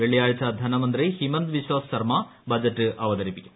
വെള്ളിയാഴ്ച ധനമന്ത്രി ഹിമ്ന്ത് ബിശ്വാസ് ശർമ്മ ബജറ്റ് അവതരിപ്പിക്കും